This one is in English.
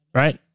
right